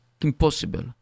impossible